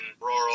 rural